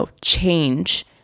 change